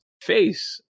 face